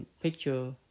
picture